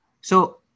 So-